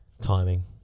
timing